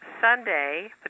Sunday